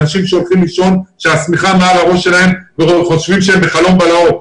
אנשים שהולכים לישון כשהשמיכה מעל הראש שלהם וחושבים שהם בחלום בלהות.